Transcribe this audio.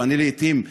ואני לעיתים,